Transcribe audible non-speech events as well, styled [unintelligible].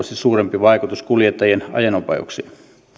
[unintelligible] suurempi vaikutus kuljettajien ajonopeuksiin